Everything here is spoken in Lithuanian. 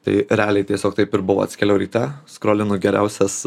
tai realiai tiesiog taip ir buvo atsikeliau ryte skrolinu geriausias